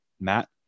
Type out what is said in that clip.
Matt